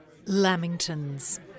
Lamingtons